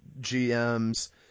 GMs